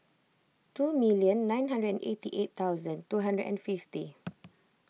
two million nine hundred and eighty eight thousand two hundred and fifty